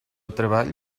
treball